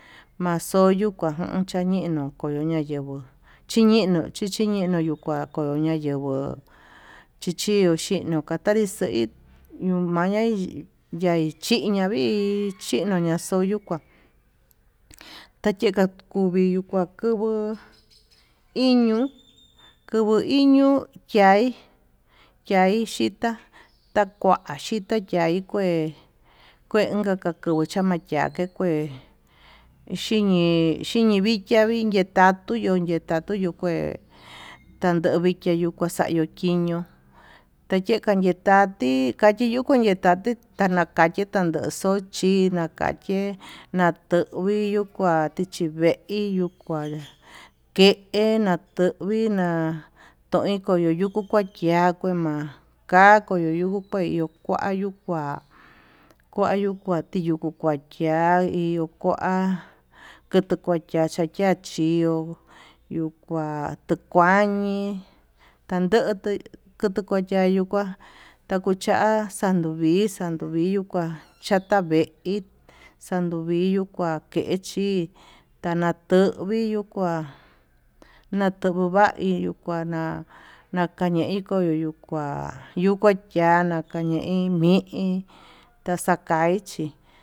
Maxoño kua chañino kuvo xayenguó, chiñeno chichiñeno yuu kua ko'o ño ñayenguó chichino xhio kakanrixeí ñuu maya ñai chiña'a vii chiña naxoyukuá tayeka kuvii yuu ka'a kovo iño kovu iño, chiaí chiaí xhitá takuai xhita ihai kué kue inka kuvu chanayake kue xhiñi xhiñi vikia hí, yetatu yu yetatu yu kue kandovi kue kaxayu kuiño tayeka ketati tateyuku kuu netati takeche yandó xochina kache'e, natovi yuu kua tichi veí yu kua keí natovi na'a toin koyuyuku kua chiava ma'a ka koyoyuku kue yió, kua yuu kuá kua yukua tiyuku kuachiá hiyuu kua kuacha chia chia yukua, chio yuu kua tukuañi tandoto kucha kuchavio kuá ndukucha xanduvi xanduvi hiyukua cháta veí xanduviyu kua ke'e chi tanatovi yuu kuá natovo vaí yuu kuana, nakaya iko tayukua yukuyiana kamei mi'i taxakai chí.